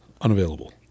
unavailable